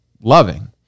loving